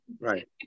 Right